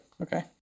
Okay